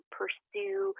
pursue